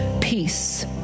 peace